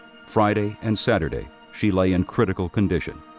friday and saturday she lay in critical condition.